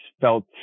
felt